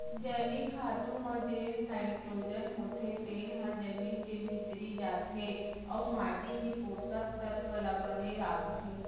जैविक खातू म जेन नाइटरोजन होथे तेन ह जमीन के भीतरी जाथे अउ माटी के पोसक तत्व ल बने राखथे